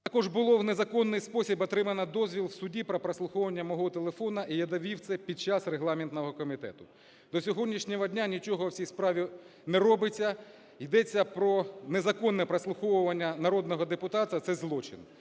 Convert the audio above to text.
Також було в незаконний спосіб отримано дозвіл в суді про прослуховування мого телефону, і я довів це під час регламентного комітету. До сьогоднішнього дня нічого в цій справі не робиться, йдеться про незаконне прослуховування народного депутата, це злочин.